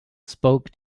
spoke